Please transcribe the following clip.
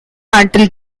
until